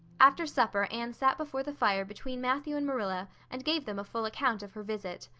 after supper anne sat before the fire between matthew and marilla, and gave them a full account of her visit.